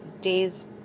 day's